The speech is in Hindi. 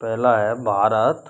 पहला है भारत